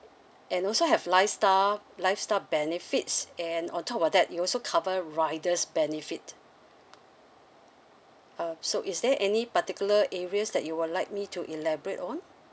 and also have lifestyle lifestyle benefits and on top of that you also cover riders benefit uh so is there any particular areas that you would like me to elaborate on